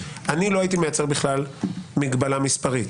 לא הייתי מייצר מגבלה מספרית.